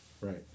Right